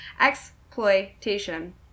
exploitation